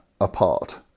apart